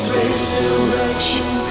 resurrection